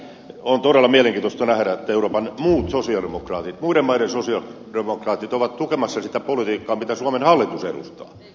on todella mielenkiintoista nähdä että euroopan muut sosialidemokraatit muiden maiden sosialidemokraatit ovat tukemassa sitä politiikkaa mitä suomen hallitus edustaa